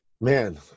man